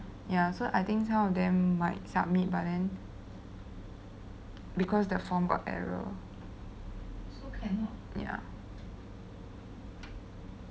ya so I think some of them might submit but then because the form got error ya